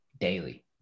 daily